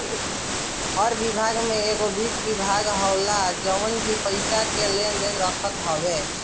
हर विभाग में एगो वित्त विभाग होला जवन की पईसा के लेन देन के हिसाब रखत हवे